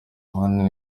ohanian